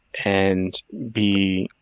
and be